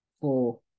four